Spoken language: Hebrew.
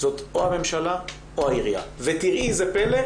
זאת או הממשלה או העירייה ותראי זה פלא,